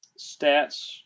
stats